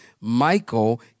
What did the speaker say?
Michael